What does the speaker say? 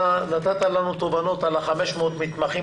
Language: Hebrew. נתת לנו תובנות על ה-500 מתמחים.